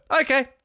Okay